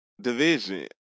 division